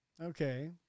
Okay